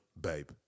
Babe